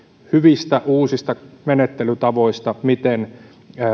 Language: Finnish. hyvistä uusista menettelytavoista miten